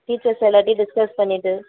teachers எல்லார்ட்டையும் discuss பண்ணிவிட்டு